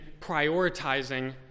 prioritizing